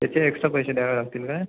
त्याचे एक्स्ट्रा पैसे द्यावे लागतील काय